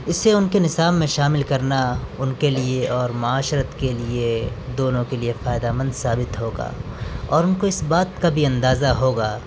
اس سے ان کے نصاب میں شامل کرنا ان کے لیے اور معاشرت کے لیے دونوں کے لیے فائدہ مند ثابت ہوگا اور ان کو اس بات کا بھی اندازہ ہوگا